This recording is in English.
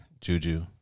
Juju